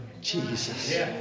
Jesus